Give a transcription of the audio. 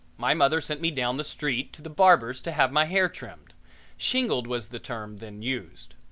my mother sent me down the street to the barber's to have my hair trimmed shingled was the term then used.